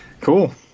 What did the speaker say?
Cool